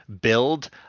build